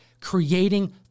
creating